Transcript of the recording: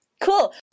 cool